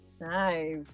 nice